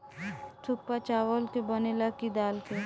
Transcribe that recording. थुक्पा चावल के बनेला की दाल के?